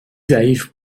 ضعیف